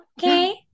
okay